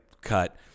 Cut